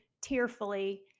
tearfully